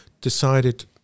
decided